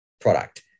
product